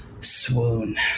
Swoon